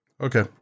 Okay